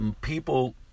People